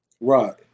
Right